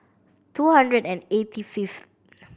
two hundred and eighty fifth